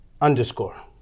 underscore